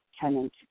tenant